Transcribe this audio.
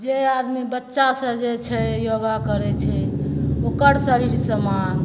जे आदमी बच्चा सँ जे छै योगा करै छै ओकर शरीर समाङ्ग